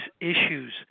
issues